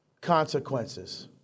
consequences